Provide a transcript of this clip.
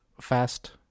fast